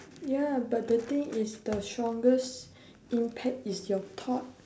ya but the thing is the strongest impact is your thought